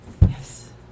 Yes